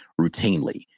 routinely